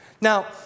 Now